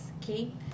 key